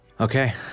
Okay